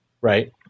Right